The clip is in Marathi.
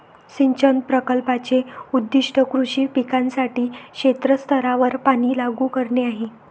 सिंचन प्रकल्पाचे उद्दीष्ट कृषी पिकांसाठी क्षेत्र स्तरावर पाणी लागू करणे आहे